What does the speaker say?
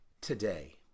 today